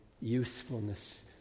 usefulness